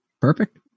Perfect